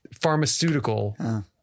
pharmaceutical